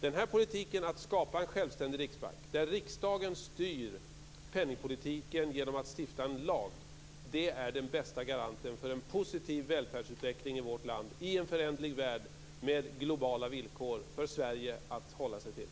Den här politiken, att skapa en självständig riksbank där riksdagen styr penningpolitiken genom att stifta en lag, är den bästa garanten för en positiv välfärdsutveckling i vårt land i en föränderlig värld med globala villkor för Sverige att hålla sig till.